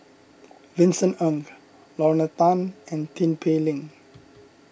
Vincent Ng Lorna Tan and Tin Pei Ling